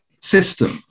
system